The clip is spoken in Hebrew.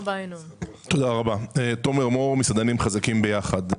אני ממסעדנים חזקים ביחד.